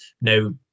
no